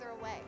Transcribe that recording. away